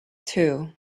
too